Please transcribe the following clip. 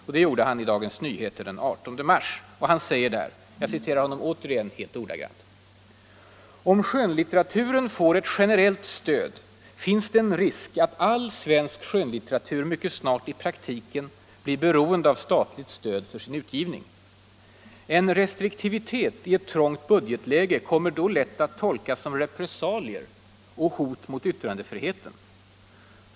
Det skedde i en artikel i Dagens Nyheter den 18 mars: ”Om skönlitteraturen får ett generellt stöd finns det en risk att all svensk skönlitteratur mycket snart i praktiken blir beroende av statligt stöd för sin utgivning. En restriktivitet i ett trångt budgetläge kommer då lätt att tolkas som repressalier och hot mot yttrandefriheten.